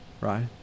Right